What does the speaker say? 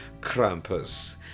Krampus